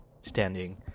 standing